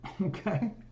Okay